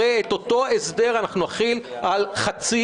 הרי את אותו הסדר אנחנו נחיל על חצי